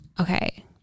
Okay